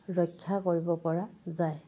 ৰক্ষা কৰিব পৰা যায়